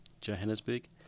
Johannesburg